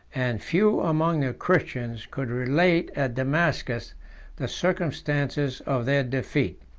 and few among the christians could relate at damascus the circumstances of their defeat.